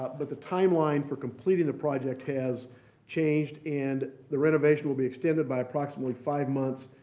but the timeline for completing the project has changed and the renovation will be extended by approximately five months.